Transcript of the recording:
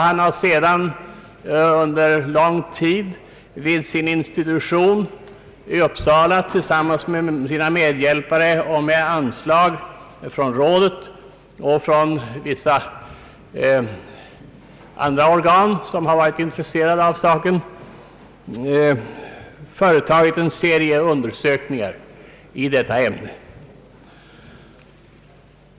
Han har sedan under lång tid vid sin institution i Uppsala tillsammans med sina medhjälpare och med anslag från rådet och vissa andra organ som varit intresserade av saken företagit en serie undersökningar i detta ämne.